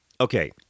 Okay